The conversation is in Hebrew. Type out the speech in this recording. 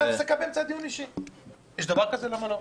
כבוד היושב-ראש,